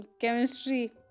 Chemistry